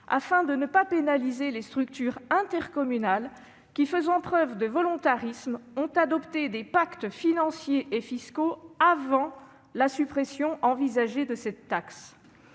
afin de ne pas pénaliser les structures intercommunales qui, faisant preuve de volontarisme, ont adopté des pactes financiers et fiscaux avant la suppression envisagée de cette taxe.